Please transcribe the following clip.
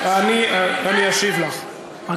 אני אשיב לך,